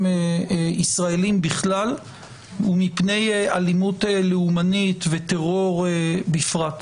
ישראלים בכלל ומפני אלימות לאומנית וטרור בפרט.